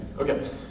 Okay